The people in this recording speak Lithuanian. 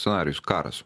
scenarijus karas